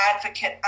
advocate